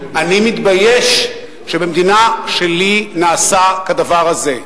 אני מתבייש שבמדינה שלי נעשה כדבר הזה,